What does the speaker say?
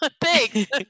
thanks